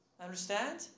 Understand